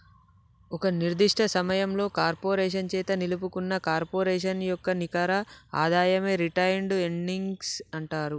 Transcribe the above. ఒక నిర్దిష్ట సమయంలో కార్పొరేషన్ చేత నిలుపుకున్న కార్పొరేషన్ యొక్క నికర ఆదాయమే రిటైన్డ్ ఎర్నింగ్స్ అంటరు